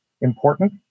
important